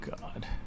God